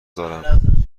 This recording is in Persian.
دارم